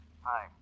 hi